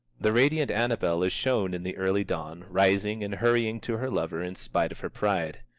the radiant annabel is shown in the early dawn rising and hurrying to her lover in spite of her pride.